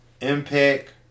impact